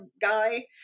guy